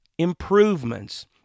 improvements